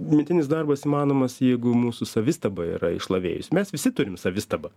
mintinis darbas įmanomas jeigu mūsų savistaba yra išlavėjusi mes visi turim savistabą